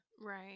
Right